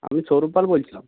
আমি সৌরভ পাল বলছিলাম